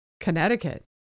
Connecticut